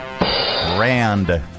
Rand